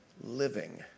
living